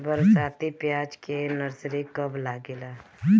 बरसाती प्याज के नर्सरी कब लागेला?